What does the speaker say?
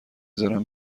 زارن